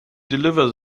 deliver